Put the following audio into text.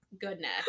goodness